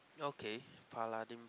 okay Paladin